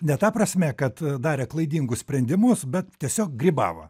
ne ta prasme kad darė klaidingus sprendimus bet tiesiog grybavo